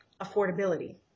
affordability